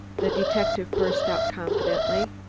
the detective burst out confidently.